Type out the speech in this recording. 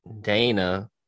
Dana